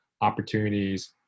opportunities